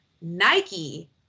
Nike